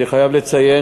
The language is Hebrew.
אני חייב לציין